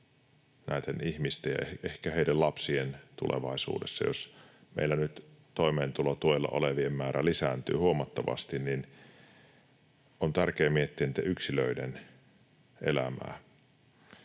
näiden ihmisten ja ehkä heidän lapsiensa tulevaisuudessa. Jos meillä nyt toimeentulotuella olevien määrä lisääntyy huomattavasti, niin on tärkeää miettiä niitten yksilöiden elämää.